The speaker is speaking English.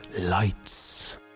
lights